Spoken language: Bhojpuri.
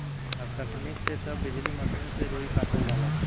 अब तकनीक से सब बिजली मसीन से रुई कातल जाता